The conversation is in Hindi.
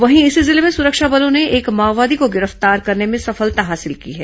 वहीं इसी जिले में सुरक्षा बलों ने एक माओवादी को गिरफ्तार करने में सफलता हासिल की है